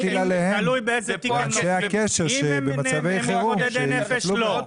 עליהם שאנשי הקשר למצבי חירום יטפלו בהם.